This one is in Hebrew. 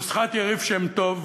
נוסחת יריב שם-טוב